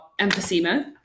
emphysema